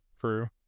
true